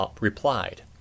replied